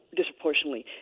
disproportionately